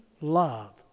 love